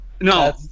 No